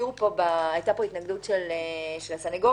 הייתה פה התנגדות של הסנגוריה.